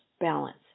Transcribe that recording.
Balance